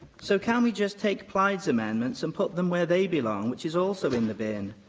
so, can we just take plaid's amendments and put them where they belong, which is also in the bin?